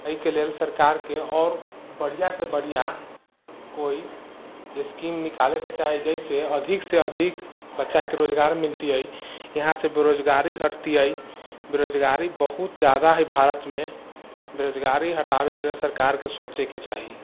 एहिके लेल सरकारके आओर बढ़िआँसँ बढ़िआँ कोइ एस्कीम निकालैके चाही जाहिसँ अधिकसँ अधिक बच्चाके रोजगार मिलतिए यहाँसँ बेरोजगारी हटतिए बेरोजगारी बहुत ज्यादा हइ भारतमे बेरोजगारी हटाबे के लेल सरकार के सोचै के चाही